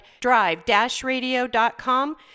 drive-radio.com